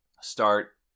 start